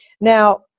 Now